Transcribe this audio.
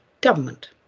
government